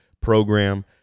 program